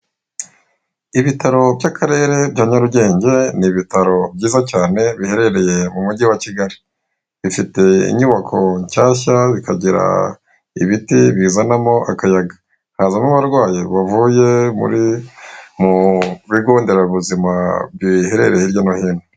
Ibitaro by'akarere bya Nyarugenge ni ibitaro byiza cyane biherereye mu mugi wa Kigali bifite inyubako nshyashya, bikagira ibiti bizanamo akayaga, hazamo abarwayi bavuye mu bigonderabuzima biherereye hirya no hino.